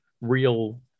real